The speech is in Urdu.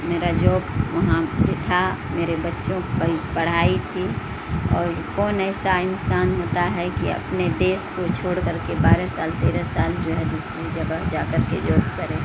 میرا جاب وہاں پہ تھا میرے بچوں کئی پڑھائی تھی اور کون ایسا انسان ہوتا ہے کہ اپنے دیش کو چھوڑ کر کے بارہ سال تیرہ سال جو ہے دوسری جگہ جا کر کے جاب کرے